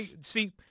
See